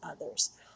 others